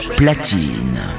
platine